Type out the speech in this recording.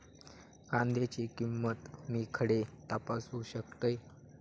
कांद्याची किंमत मी खडे तपासू शकतय?